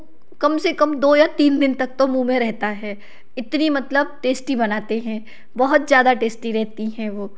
कम से कम दो या तीन दिन तक तो मुँह में रहता है इतनी मतलब टेस्टी बनाते हैं बहुत ज़्यादा टेस्टी रहती हैं वह